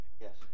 Yes